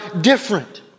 different